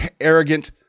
arrogant